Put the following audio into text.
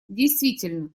действительно